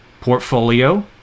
portfolio